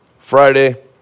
Friday